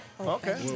Okay